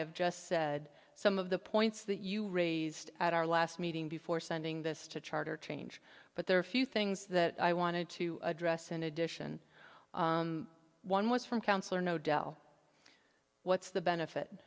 have just said some of the points that you raised at our last meeting before sending this to charter change but there are a few things that i wanted to address in addition one was from counselor no del what's the benefit